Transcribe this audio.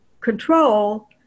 control